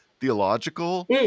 theological